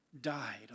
died